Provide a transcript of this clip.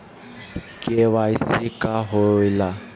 KYC का होवेला?